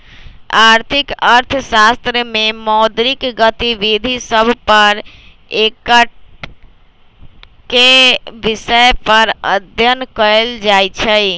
आर्थिक अर्थशास्त्र में मौद्रिक गतिविधि सभ पर एकटक्केँ विषय पर अध्ययन कएल जाइ छइ